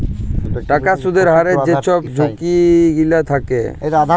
টাকার সুদের হারের যে ছব ঝুঁকি গিলা থ্যাকে